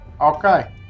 Okay